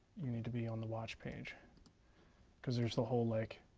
need to be on the watch page because there's the whole like